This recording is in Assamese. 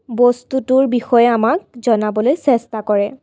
বস্তুটোৰ বিষয়ে আমাক জনাবলৈ চেষ্টা কৰে